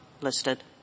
listed